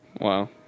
Wow